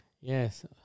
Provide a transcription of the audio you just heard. Yes